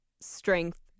strength